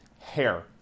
hair